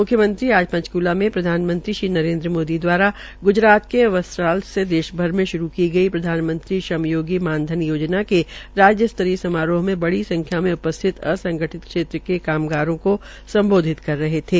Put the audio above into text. मुख्यमंत्री आज पंचक्ला में प्रधानमंत्री श्री नरेन्द्र मोदी द्वारा गुजरात के वस्त्राल से देश भर में शुरू की गई प्रधानमंत्री श्रम योगी मानधन योजना के राज्य स्तरीय समारोह में बड़ी संख्या में उपस्थित असंगठित क्षेत्र के कामगारों को सम्बोधित कर रहे थे